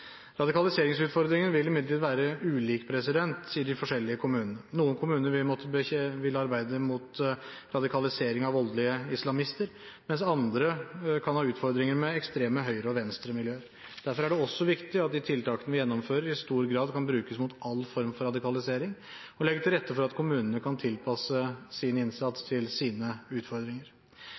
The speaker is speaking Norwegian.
vil imidlertid være ulike i de forskjellige kommunene. Noen kommuner vil arbeide mot radikalisering av voldelige islamister, mens andre kan ha utfordringer med ekstreme høyre- og venstremiljøer. Derfor er det også viktig at de tiltakene vi gjennomfører, i stor grad kan brukes mot alle former for radikalisering og legger til rette for at kommunene kan tilpasse sin innsats til sine utfordringer.